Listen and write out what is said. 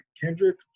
Kendrick